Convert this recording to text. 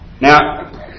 Now